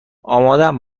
آمادم